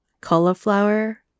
Cauliflower